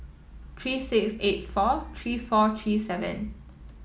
three six eight four three four three seven